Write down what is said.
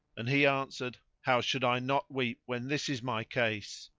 and he answered, how should i not weep, when this is my case!